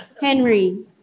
Henry